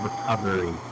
recovery